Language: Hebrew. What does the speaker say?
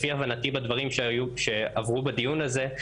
לפי הבנתי בדברים שעברו בדיון הזה,